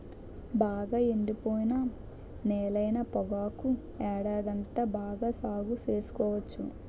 బాగా ఎండిపోయిన నేలైన పొగాకు ఏడాదంతా బాగా సాగు సేసుకోవచ్చు